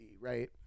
right